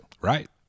Right